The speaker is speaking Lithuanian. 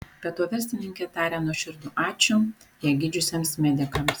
be to verslininkė taria nuoširdų ačiū ją gydžiusiems medikams